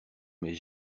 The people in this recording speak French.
mais